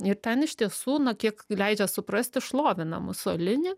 ir ten iš tiesų na kiek leidžia suprasti šlovina musolinį